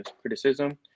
criticism